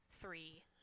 three